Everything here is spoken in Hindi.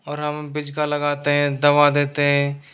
और हम बिजूका लगाते हैं दवा देते हैं